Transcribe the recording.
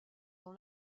dans